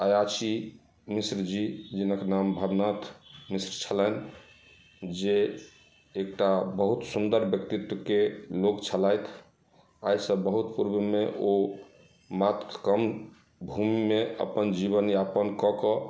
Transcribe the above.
अयाची मिश्र जी जिनक नाम भवनाथ मिश्र छलनि जे एकटा बहुत सुन्दर व्यक्तित्वके लोक छलथि एहिसँ बहुत पूर्वमे ओ मातृ भूमिमे अपन जीवनयापन कऽ कऽ